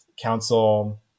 council